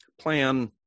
plan